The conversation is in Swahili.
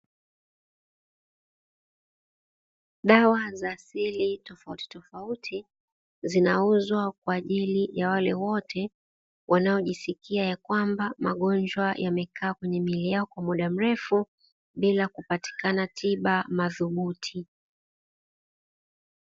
Dawa za asili tofautitofauti zinauzwa kwa ajili ya wale wote wanaojisikia ya kwamba magonjwa yamekaa kwenye miili yao kwa muda mrefu bila kupatikana tiba madhubuti.